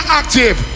active